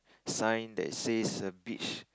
sign that says a beach